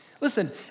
Listen